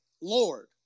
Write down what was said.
Lord